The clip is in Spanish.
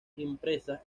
impresas